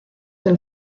del